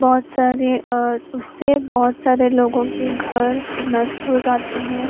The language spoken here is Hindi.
बहुत सारे उससे बहुत सारे लोगों के घर नष्ट हो जाते हें